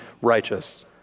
righteous